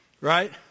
right